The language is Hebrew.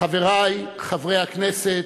חברי חברי הכנסת,